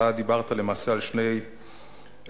אתה דיברת למעשה על שני עקרונות,